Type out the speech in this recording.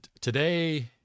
today